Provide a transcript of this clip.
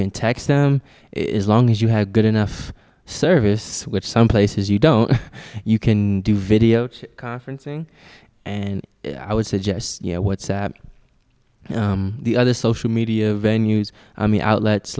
can text them is long as you have good enough service which some places you don't you can do video conferencing and i would suggest you know what the other social media venues i mean outlets